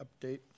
update